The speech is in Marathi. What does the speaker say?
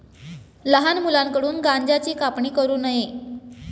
लहान मुलांकडून गांज्याची कापणी करू नये